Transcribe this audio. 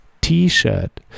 T-shirt